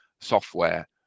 software